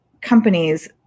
companies